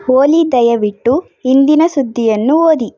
ಓಲಿ ದಯವಿಟ್ಟು ಇಂದಿನ ಸುದ್ದಿಯನ್ನು ಓದಿ